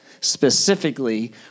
specifically